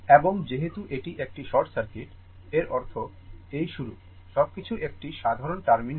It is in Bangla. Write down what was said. এবং যেহেতু এটি একটি শর্ট সার্কিট এর অর্থ এই শুরু সবকিছু একটি সাধারণ টার্মিনাল